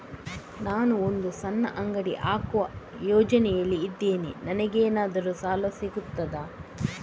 ನಾನು ಒಂದು ಸಣ್ಣ ಅಂಗಡಿ ಹಾಕುವ ಯೋಚನೆಯಲ್ಲಿ ಇದ್ದೇನೆ, ನನಗೇನಾದರೂ ಸಾಲ ಸಿಗ್ತದಾ?